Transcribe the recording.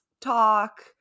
talk